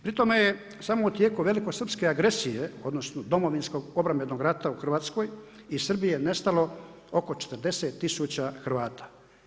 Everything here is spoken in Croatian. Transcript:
Pri tome je samo u tijeku velikosrpske agresije odnosno Domovinskog obrambenog rata u Hrvatskoj i Srbije nestalo oko 40 tisuća Hrvata.